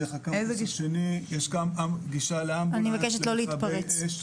דרך הקמפוס השני ויש גישה למכבי אש.